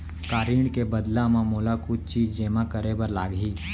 का ऋण के बदला म मोला कुछ चीज जेमा करे बर लागही?